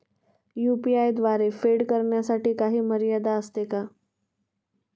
UPI द्वारे फेड करण्यासाठी काही मर्यादा असते का?